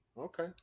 Okay